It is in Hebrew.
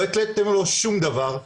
לא התליתם לו שום דבר,